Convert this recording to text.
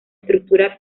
estructura